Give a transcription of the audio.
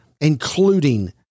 including